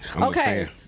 Okay